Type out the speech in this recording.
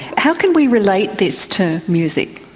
how can we relate this to music?